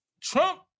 Trump